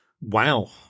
Wow